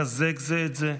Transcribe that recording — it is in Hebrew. לחזק זה את זה,